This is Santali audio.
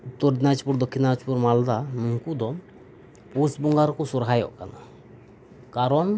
ᱩᱛᱛᱚᱨ ᱫᱤᱱᱟᱡᱽ ᱯᱩᱨ ᱫᱚᱠᱠᱷᱤᱱ ᱫᱤᱱᱟᱡᱽᱯᱩᱨ ᱢᱟᱞᱫᱟ ᱩᱱᱠᱩ ᱫᱚ ᱯᱩᱥ ᱵᱚᱸᱜᱟ ᱨᱮᱠᱚ ᱥᱚᱨᱦᱟᱭᱚᱜ ᱠᱟᱱᱟ ᱠᱟᱨᱚᱱ